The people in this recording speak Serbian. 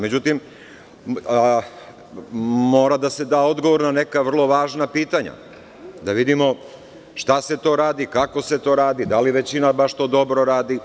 Međutim, mora da se da odgovor na neka vrlo važna pitanja - da vidimo šta se to radi, kako se to radi, da li većina baš to dobro radi?